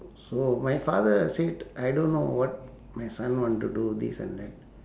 so my father said I don't know what my son want to do this and that